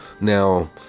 Now